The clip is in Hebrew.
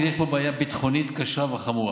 כי יש פה בעיה ביטחונית קשה וחמורה.